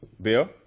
Bill